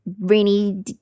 rainy